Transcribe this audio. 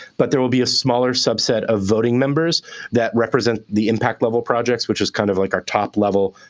but there will be a smaller subset of voting members that represent the impact level projects, which is, kind of like, our top level.